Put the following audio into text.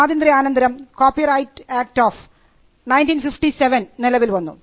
സ്വാതന്ത്ര്യാനന്തരം copyright act of 1957 നിലവിൽ വന്നു